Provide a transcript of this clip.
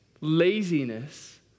laziness